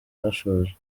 bashoje